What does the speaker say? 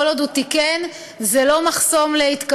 כל עוד הוא תיקן, זה לא מחסום להתקדמות,